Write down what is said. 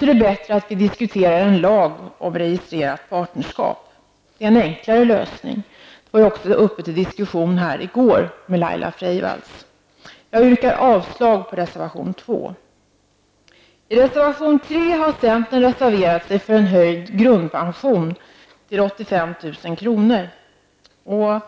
är det bättre att vi diskuterar en lag om registrerat partnerskap. Det är en enklare lösning. Det var uppe till diskussion här i går med Laila Freivalds. Jag yrkar avslag på reservation 2. I reservation 3 har centern reserverat sig till förmån för en höjd grundpension till 85 000 kr.